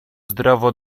zdrowo